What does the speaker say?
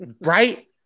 Right